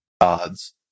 Odds